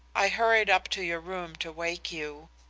i hurried up to your room to wake you.